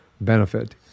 benefit